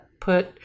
put